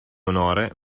onore